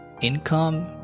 income